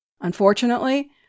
Unfortunately